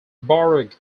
borough